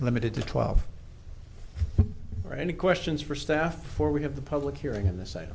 limited to twelve or any questions for staff for we have the public hearing of th